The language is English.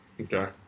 Okay